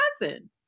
cousin